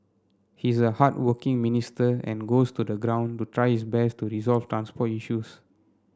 he is a hardworking minister and goes to the ground to try his best to resolve transport issues